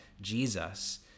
Jesus